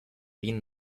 been